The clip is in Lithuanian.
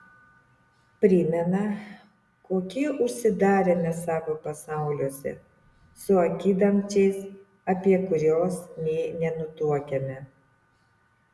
primena kokie užsidarę mes savo pasauliuose su akidangčiais apie kuriuos nė nenutuokiame